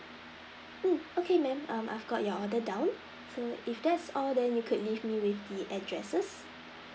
mm okay ma'am err I've got your other down so if that's all then you could leave me with the addresses